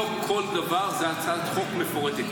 לא כל דבר זה הצעת חוק מפורטת.